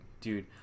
Dude